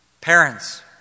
parents